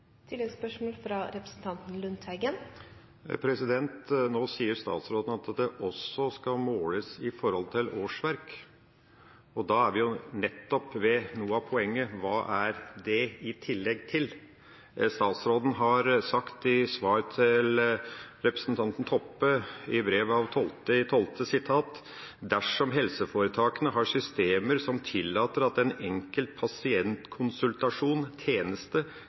Nå sier statsråden at det også skal måles i forhold til årsverk. Da er vi nettopp ved noe av poenget: Hva er det i tillegg til? Statsråden har sagt i svar til representanten Toppe i brev 12. desember at dersom helseforetakene har systemer som tillater at en enkelt